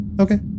okay